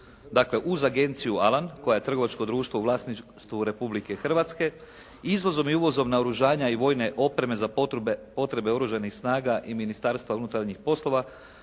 Dakle, uz Agenciju Alan koja je trgovačko društvo u vlasništvu Republike Hrvatske izvozom i uvozom naoružanja i vojne opreme za potrebe oružanih snaga i Ministarstva unutarnjih poslova